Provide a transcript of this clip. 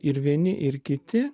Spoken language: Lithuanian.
ir vieni ir kiti